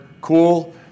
cool